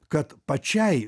kad pačiai